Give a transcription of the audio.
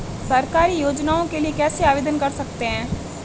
सरकारी योजनाओं के लिए कैसे आवेदन कर सकते हैं?